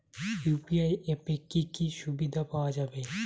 UPI অ্যাপে কি কি সুবিধা পাওয়া যাবে?